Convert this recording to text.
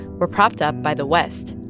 were propped up by the west.